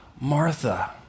Martha